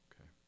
Okay